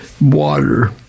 water